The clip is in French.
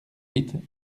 huit